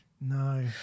No